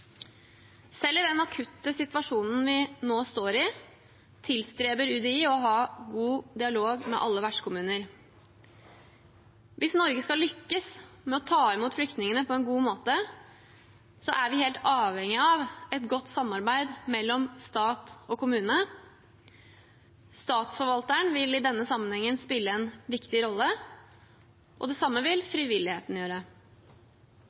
Selv i den akutte situasjonen vi nå står i, tilstreber UDI å ha god dialog med alle vertskommuner. Hvis Norge skal lykkes med å ta imot flyktningene på en god måte, er vi helt avhengig av et godt samarbeid mellom stat og kommune. Statsforvalteren vil i denne sammenhengen spille en viktig rolle. Det samme vil frivilligheten gjøre.